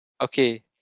okay